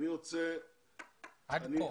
עד עתה.